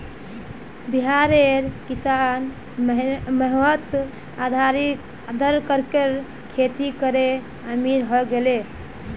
बिहारेर किसान मोहित अदरकेर खेती करे अमीर हय गेले